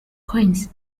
coins